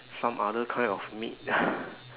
some other kind of meat